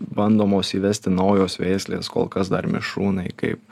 bandomos įvesti naujos veislės kol kas dar mišrūnai kaip